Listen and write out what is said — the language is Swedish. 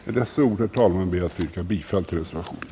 Med dessa ord, herr talman, ber jag att få yrka bifall till reservationen.